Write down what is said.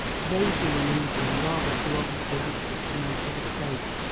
vaguely uneasy and rather too obviously anxious to make his escape,